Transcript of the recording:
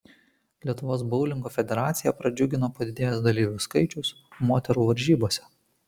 lietuvos boulingo federaciją pradžiugino padidėjęs dalyvių skaičius moterų varžybose